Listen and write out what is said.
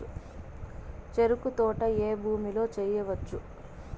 చెరుకు తోట ఏ భూమిలో వేయవచ్చు?